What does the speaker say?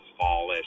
fallish